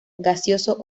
gaseoso